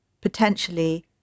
potentially